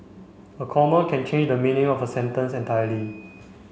a comma can change the meaning of a sentence entirely